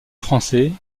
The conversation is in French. français